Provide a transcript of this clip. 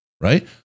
right